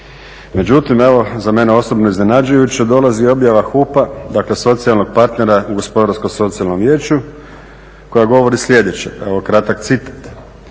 Međutim, evo za mene osobno iznenađujuća dolazi objava HUP-a, dakle socijalnog partnera u Gospodarsko-socijalnom vijeću, koja govori sljedeće, evo kratak citat: